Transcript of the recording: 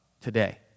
today